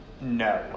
No